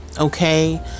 Okay